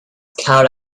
call